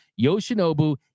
Yoshinobu